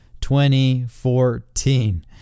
2014